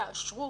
יאשרו